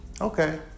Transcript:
Okay